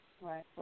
right